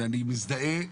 ואני מזדהה,